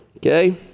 Okay